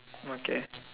okay